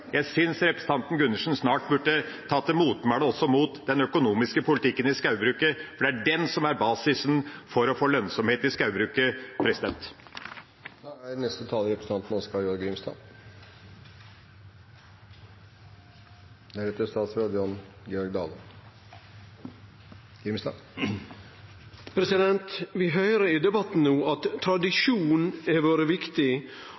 Jeg synes representanten Gundersen snart burde ta til motmæle også mot den økonomiske politikken for skogbruket, for det er den som er basisen for å få lønnsomhet i skogbruket. Vi høyrer i debatten no at tradisjon har vore viktig,